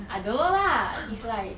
I don't know lah is like